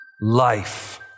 Life